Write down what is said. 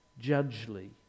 judgely